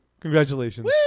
Congratulations